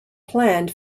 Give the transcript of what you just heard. planned